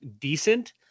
decent